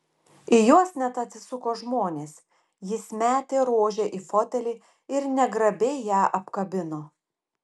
į juos net atsisuko žmonės jis metė rožę į fotelį ir negrabiai ją apkabino